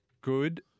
good